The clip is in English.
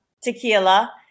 Tequila